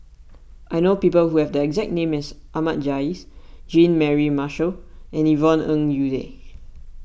I know people who have the exact name as Ahmad Jais Jean Mary Marshall and Yvonne Ng Uhde